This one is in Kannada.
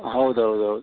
ಹೌದು ಹೌದು ಹೌದು